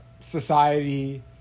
society